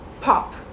pop